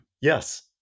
Yes